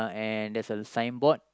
and there's a sign board